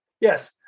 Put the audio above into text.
Yes